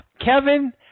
Kevin